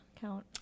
count